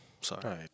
Sorry